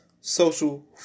social